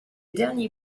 dernier